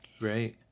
Right